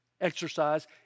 exercise